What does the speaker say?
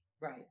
Right